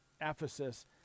Ephesus